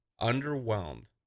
underwhelmed